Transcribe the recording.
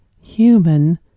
human